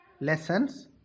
lessons